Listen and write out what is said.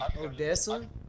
Odessa